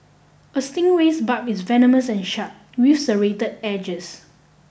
a stingray's barb is venomous and sharp with serrated edges